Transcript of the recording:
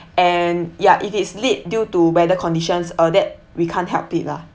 and ya if is late due to weather conditions uh that we can't help it lah